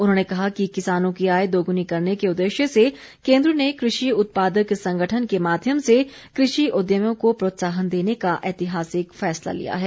उन्होंने कहा कि किसानों की आय दोगुनी करने के उद्देश्य से केन्द्र ने कृषि उत्पादक संगठन के माध्यम से कृषि उद्यमों को प्रोत्साहन देने का ऐतिहासिक फैसला लिया है